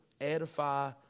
Edify